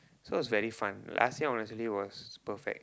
so is very fun last year honestly was perfect